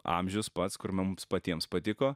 amžius pats kur mums patiems patiko